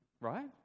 right